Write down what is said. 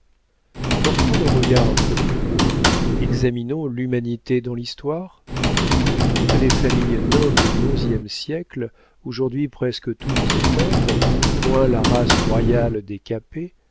portons nos regards un peu plus haut examinons l'humanité dans l'histoire toutes les familles nobles du onzième siècle aujourd'hui presque toutes éteintes moins la race royale des